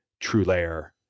TrueLayer